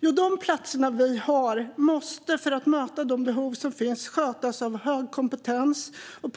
Jo, därför att de platser som vi har måste, för att de behov som finns ska mötas, skötas av personer med stor kompetens och